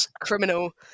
criminal